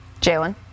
Jalen